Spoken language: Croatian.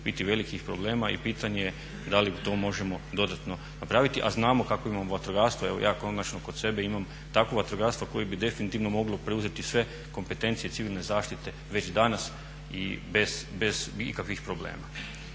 biti velikih problema i pitanje je da li to možemo dodatno napraviti a znamo kakvo imamo vatrogastvo, evo ja konačno kod sebe imam takvo vatrogastvo koje bi definitivno moglo preuzeti sve kompetencije civilne zaštite već danas i bez ikakvih problema.